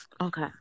Okay